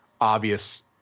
obvious